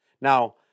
Now